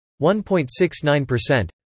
1.69%